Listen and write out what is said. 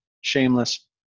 shameless